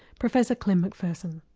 professor klim mcpherson.